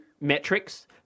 metrics